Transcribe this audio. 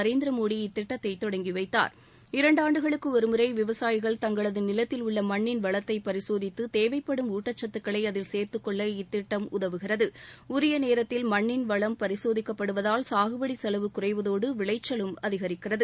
நரேந்திர மோடி இத்திட்டத்தை தொடங்கி வைத்தார் இரண்டாண்டுகளுக்கு ஒருமுறை விவசாயிகள் தங்களது நிலத்தில் உள்ள மண்ணின் வளத்தை பரிசோதித்து தேவைப்படும் ஊட்டச்சத்துக்களை அதில் சேர்த்துக் கொள்ள இத்திட்டம் அவர்களுக்கு உதவுகிறது உரிய நேரத்தில் மண்ணின் வளம் பரிசோதிக்கப்படுவதால் சாகுபடி செலவு சுகறைவதோடு விளைச்சலும் அதிகரிக்கிறது